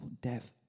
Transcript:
death